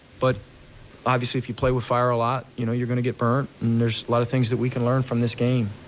but obviously if you play with fire a lot, you know you're going to get burnt and there's a lot of things that we can learn from this game.